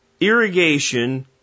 irrigation